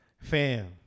Fam